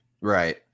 right